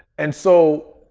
and so,